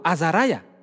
Azariah